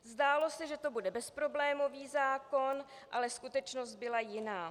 Zdálo se, že to bude bezproblémový zákon, ale skutečnost byla jiná.